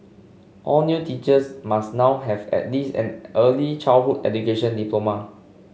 all new teachers must now have at least an early childhood education diploma